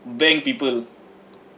bang people